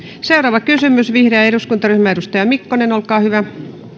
seuraava kysymys vihreä eduskuntaryhmä edustaja mikkonen olkaa hyvä